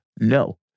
no